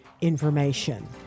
information